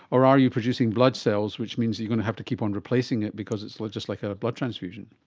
or are you producing blood cells which means you're going to have to keep on replacing it because it's like just like a blood transfusion?